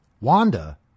Wanda